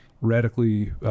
radically